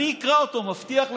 אני אקרא אותו, מבטיח לך,